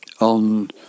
on